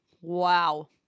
Wow